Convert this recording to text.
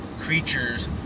creatures